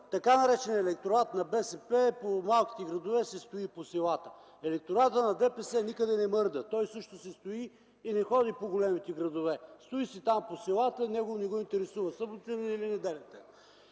Така нареченият електорат на БСП по малките градове си стои по селата. Електоратът на ДПС никъде не мърда – той също си стои и не ходи по големите градове. Стои си там по селата, него не го интересува съботен или неделен